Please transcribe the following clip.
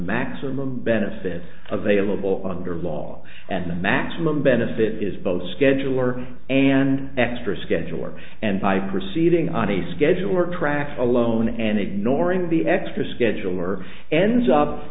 maximum benefit available under law and the maximum benefit is both scheduler and extra scheduler and by proceeding on a schedule or track alone and ignoring the extra schedule or ends up